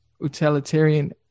utilitarian